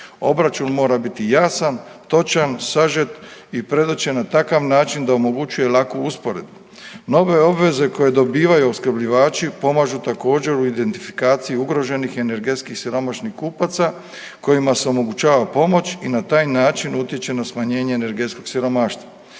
obračun mora biti jasan, točan, sažet i predočen na takav način da omogućuje laku usporedbu. Nove obveze koje dobivaju opskrbljivači pomažu također u identifikaciji ugroženih energetski siromašnih kupaca kojima se omogućava pomoć i na taj način utječe na smanjenje energetskog siromaštva.